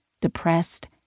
depressed